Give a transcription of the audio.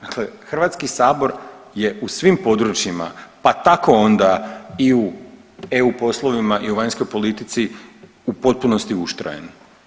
Dakle, Hrvatski sabor je u svim područjima pa tako onda i u EU poslovima i u vanjskoj politici u potpunosti uštrojen.